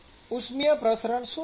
ઉષ્મિય પ્રસરણ શું છે